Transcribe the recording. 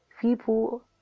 people